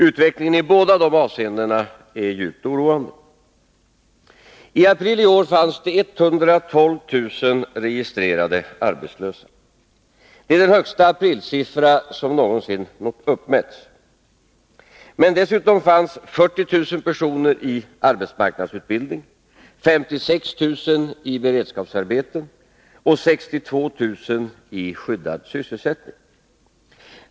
Utvecklingen i båda dessa avseenden är djupt oroande. I april i år fanns det 112 000 registrerade arbetslösa. Det är den högsta aprilsiffra som någonsin uppmätts. Men dessutom fanns 40 000 personer i arbetsmarknadsutbildning, 56 000 i beredskapsarbeten och 62 000 i skyddad sysselsättning.